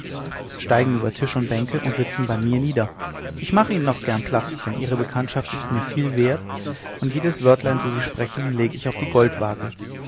steigen über tisch und bänke und sitzen bei mir nieder ich mache ihnen auch gern platz denn ihre bekanntschaft ist mir viel wert und jedes wörtlein so sie sprechen leg ich auf die goldwaage